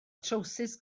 trowsus